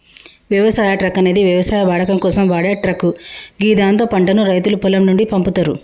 వ్యవసాయ ట్రక్ అనేది వ్యవసాయ వాడకం కోసం వాడే ట్రక్ గిదాంతో పంటను రైతులు పొలం నుండి పంపుతరు